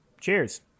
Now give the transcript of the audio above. Cheers